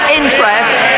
interest